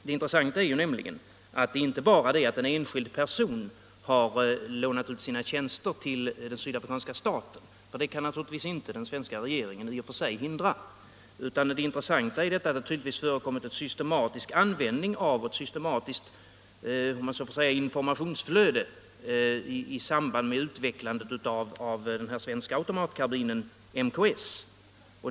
Det är inte bara det att en enskild person har lånat ut sina tjänster till den sydafrikanska staten — det kan naturligtvis inte den svenska regeringen i och för sig hindra — utan det intressanta är att det tydligtvis förekommit en systematisk användning av ett så att säga systematiskt informationsflöde i samband med utvecklandet av den svenska automatkarbinen MKS.